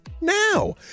now